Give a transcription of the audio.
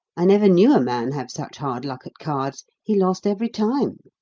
i never knew a man have such hard luck at cards. he lost every time.